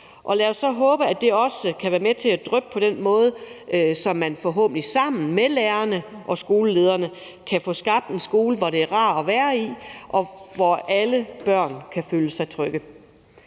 Og lad os så håbe, at det også kan være med til at dryppe på den måde, så man forhåbentlig sammen med lærerne og skolelederne kan få skabt en skole, hvor det er rart at være, og hvor alle børn kan føle sig trygge.